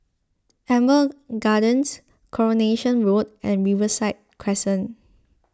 Amber Gardens Coronation Road and Riverside Crescent